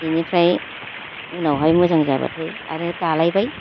बेनिफ्राय उनावहाय मोजां जाबाथाय आरो दालायबाय